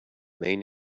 main